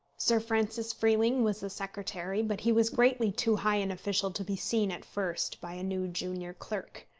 sir francis freeling was the secretary, but he was greatly too high an official to be seen at first by a new junior clerk.